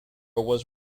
was